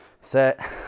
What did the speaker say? set